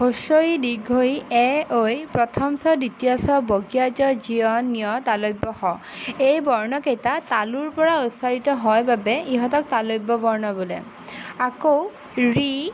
হস্ৰ ই দীৰ্ঘ ঈ এ ঐ প্ৰথম চ দ্বিতীয় ছ বৰ্গীয় জ ঝ ঞ তালব্য় শ এই বৰ্ণকেইটা তালুৰ পৰা উচ্চাৰিত হয় বাবে ইহঁতক তালব্য বৰ্ণ বোলে আকৌ ঋ